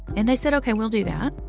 and they said, ok. we'll do that.